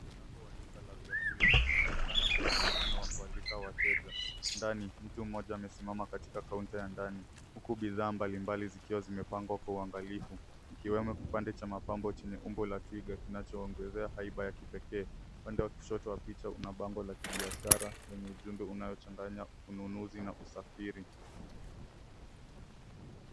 Mlango wa duka la vyakula, unaonekana kwa mwonekano wa kualika wateja. Ndani, mtu mmoja amesimama katika kaunta ya ndani, huku bidhaa mbalimbali zikiwa zimepangwa kwa uangalifu, ikiwemo kipande cha mapambo chenye umbo la twiga, kinachoongezea haiba ya kipekee. Upande wa kushoto wa picha una bango la kibiashara, lenye ujumbe unaochanganya ununuzi na usafiri.